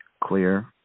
clear